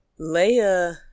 Leia